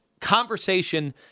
conversation